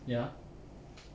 ya